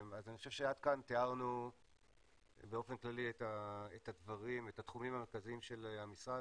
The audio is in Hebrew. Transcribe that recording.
אני חושב שעד כאן תיארנו באופן כללי את התחומים המרכזיים של המשרד,